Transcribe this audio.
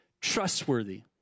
trustworthy